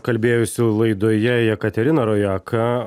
kalbėjusi laidoje jekaterina rojaka